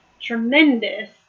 tremendous